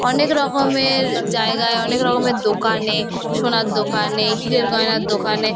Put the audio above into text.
অনেক রকমের জায়গায় অনেক রকমের দোকানে সোনার দোকানে হীরের গয়নার দোকানে